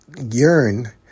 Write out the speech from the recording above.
yearn